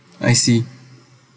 I see